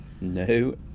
No